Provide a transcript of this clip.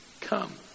Come